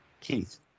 Keith